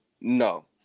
No